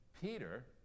Peter